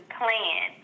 plan